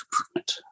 improvement